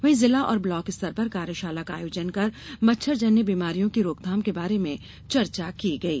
वहीं जिला और ब्लाक स्तर पर कार्यशाला का आयोजन कर मच्छर जन्य बीमारियों के रोकथाम के बारे में चर्चा की गई